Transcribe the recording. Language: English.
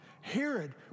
Herod